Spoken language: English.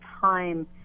time